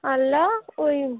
আল্লা ওই